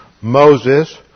Moses